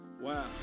Wow